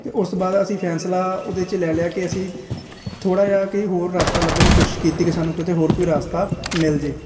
ਅਤੇ ਉਸ ਤੋਂ ਬਾਅਦ ਅਸੀਂ ਫੈਸਲਾ ਉਹਦੇ 'ਚ ਲੈ ਲਿਆ ਕਿ ਅਸੀਂ ਥੋੜ੍ਹਾ ਜਿਹਾ ਕੋਈ ਹੋਰ ਰਸਤਾ ਲੱਭਣ ਦੀ ਕੋਸ਼ਿਸ਼ ਕੀਤੀ ਕਿ ਸਾਨੂੰ ਕਿਤੇ ਹੋਰ ਕੋਈ ਰਸਤਾ ਮਿਲ ਜੇ